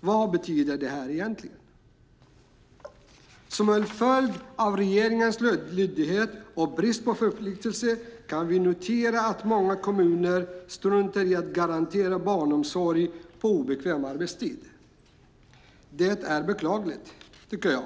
Vad betyder det egentligen? Som en följd av regeringens luddighet och bristen på förpliktelser kan vi notera att många kommuner struntar i att garantera barnomsorg på obekväm arbetstid. Det är beklagligt, tycker jag.